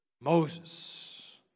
Moses